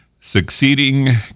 succeeding